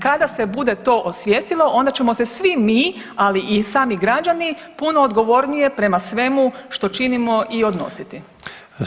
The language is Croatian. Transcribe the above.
Kada se bude to osvijestilo onda ćemo se svi mi, ali i sami građani puno odgovornije prema svemu što činimo i odnositi.